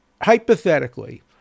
hypothetically